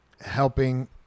helping